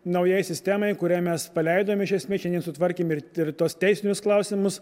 naujai sistemai kurią mes paleidome iš esmės šiandien sutvarkėm ir tirtos teisinius klausimus